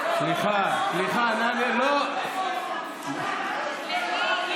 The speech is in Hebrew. מעוז, אינו נוכח אורי